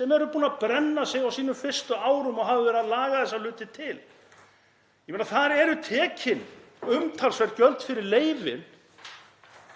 sem eru búnir að brenna sig á sínum fyrstu árum og hafa verið að laga þessa hluti til. Þar eru tekin umtalsverð gjöld fyrir leyfin